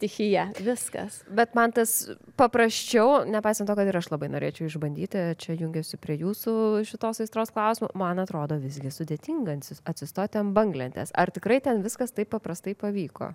stichiją viskas bet man tas paprasčiau nepaisant to kad ir aš labai norėčiau išbandyti čia jungiausi prie jūsų šitos aistros klausimu man atrodo visgi sudėtinga atsistoti ant banglentės ar tikrai ten viskas taip paprastai pavyko